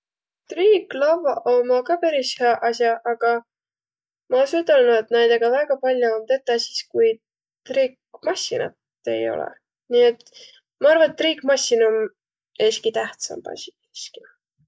Triiklavvaq ommaq ka peris hüäq as'aq, agaq ma es ütelnüq, et näidega väega pall'o om tetäq sis, kui triikmassinat ei olõq. Nii et ma arva, et triikmassin om es'ki tähtsämb asi siski.